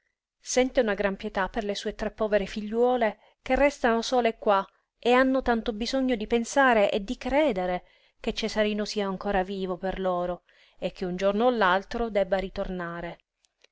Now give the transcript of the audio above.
sente una grande pietà per le sue tre povere figliuole che restano sole qua e hanno tanto bisogno di pensare e di credere che cesarino sia ancora vivo per loro e che un giorno o l'altro debba ritornare